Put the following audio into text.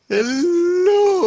Hello